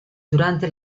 durante